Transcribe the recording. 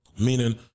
Meaning